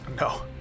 No